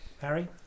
Harry